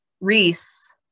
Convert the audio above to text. Reese